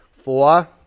Four